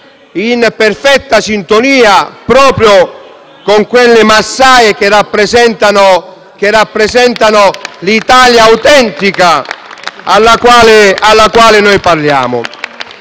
in perfetta sintonia proprio con quelle massaie che rappresentano l'Italia autentica, alla quale noi parliamo.